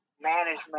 management